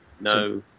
no